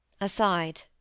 aside